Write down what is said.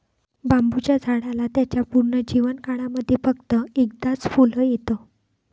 बांबुच्या झाडाला त्याच्या पूर्ण जीवन काळामध्ये फक्त एकदाच फुल येत